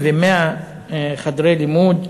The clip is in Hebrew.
מחסור של 6,100 חדרי לימוד.